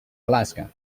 alaska